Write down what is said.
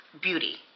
beauty